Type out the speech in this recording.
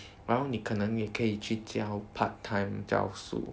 然后你可能你可以去教 part-time 教书